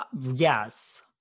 Yes